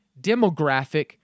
demographic